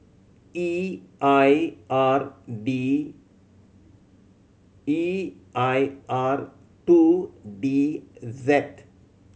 E I R D E I R two D Z